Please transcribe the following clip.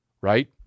right